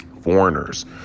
foreigners